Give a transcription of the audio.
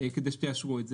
כדי שתאשרו את זה.